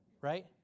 right